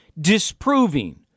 disproving